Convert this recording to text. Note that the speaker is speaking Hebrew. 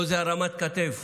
או איזו הרמת כתף.